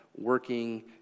working